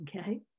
okay